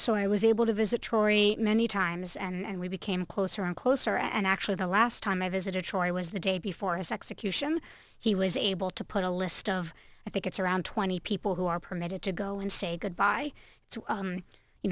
so i was able to visit tori many times and we became closer and closer and actually the last time i visited choi was the day before his execution he was able to put a list of i think it's around twenty people who are permitted to go and say goodbye so